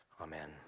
Amen